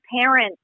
parents